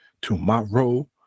tomorrow